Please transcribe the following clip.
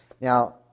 Now